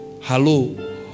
Hello